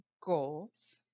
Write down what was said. goals